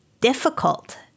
difficult